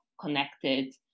connected